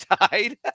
died